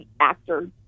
actor